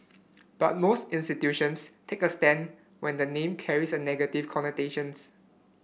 but most institutions take a stand when the name carries negative connotations